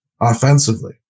offensively